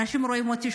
אנשים רואים אותי,